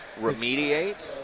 Remediate